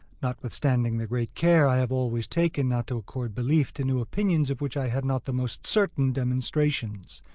notwithstanding the great care i have always taken not to accord belief to new opinions of which i had not the most certain demonstrations,